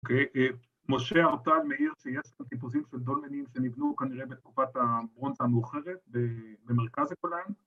‫אוקיי, משה אוטל מאיר, ‫שיש כאן טיפוזים של דולמנים ‫שנבנו כנראה בתקופת הברונצה ‫המאוחרת, במרכז הכולן.